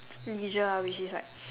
leisure ah which is like